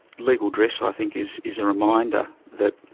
legal dress i think is is a reminder that